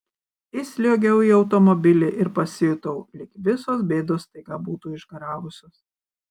įsliuogiau į automobilį ir pasijutau lyg visos bėdos staiga būtų išgaravusios